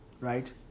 Right